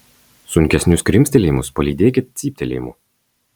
sunkesnius krimstelėjimus palydėkit cyptelėjimu